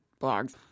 blogs